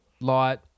Light